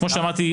כפי שאמרתי,